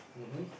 mmhmm